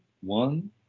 one